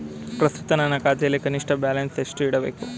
ಪ್ರಸ್ತುತ ನನ್ನ ಖಾತೆಯಲ್ಲಿ ಕನಿಷ್ಠ ಬ್ಯಾಲೆನ್ಸ್ ಎಷ್ಟು ಇಡಬೇಕು?